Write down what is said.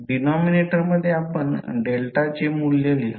डिनोमिनेटरमध्ये आपण डेल्टाचे मूल्य लिहा